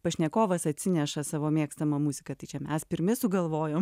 pašnekovas atsineša savo mėgstamą muziką tai čia mes pirmi sugalvojom